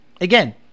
again